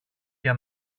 για